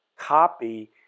copy